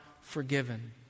forgiven